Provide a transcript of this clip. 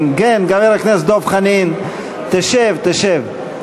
כן, כן, חבר הכנסת דב חנין, תשב, תשב.